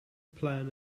plan